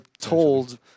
told